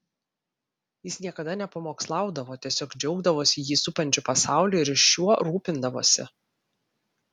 jis niekada nepamokslaudavo tiesiog džiaugdavosi jį supančiu pasauliu ir šiuo rūpindavosi